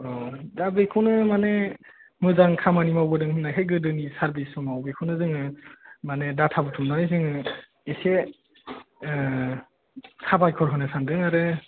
औ दा बेखौनो माने मोजां खामानि मावबोदों होननायखाय गोदोनि सार्भिस समाव बेखौनो जोङो माने डाटा बुथुमनानै जोङो एसे साबायखर होनो सानदों आरो